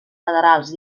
federals